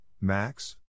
Max